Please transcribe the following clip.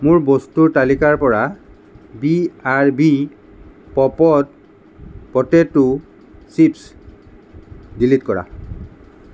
মোৰ বস্তুৰ তালিকাৰ পৰা B R B popped potato chips delete কৰা